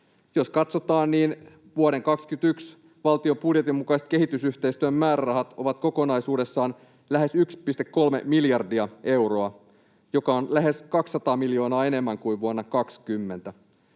Jos katsotaan, niin vuoden 21 valtion budjetin mukaiset kehitysyhteistyön määrärahat ovat kokonaisuudessaan lähes 1,3 miljardia euroa, joka on lähes 200 miljoonaa enemmän kuin vuonna 20.